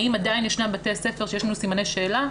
האם עדיין יש בתי ספר שיש לנו סימני שאלה?